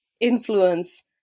influence